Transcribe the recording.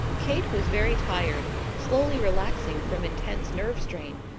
kate was very tired, slowly relaxing from intense nerve strain,